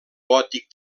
gòtic